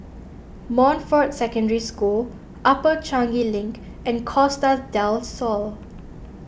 Montfort Secondary School Upper Changi Link and Costa del Sol